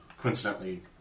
coincidentally